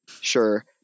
sure